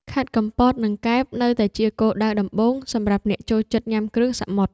ខេត្តកំពត និងកែប នៅតែជាគោលដៅដំបូងសម្រាប់អ្នកចូលចិត្តញ៉ាំគ្រឿងសមុទ្រ។